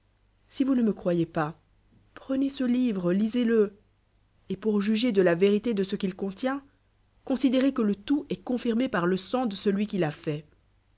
si vous ne me croyez pas pre lleg nez ce livre jisez te et pour juger de la vérité de ce qu'il contient considérez que le tout est confirmé par le sang de celui qui èa fait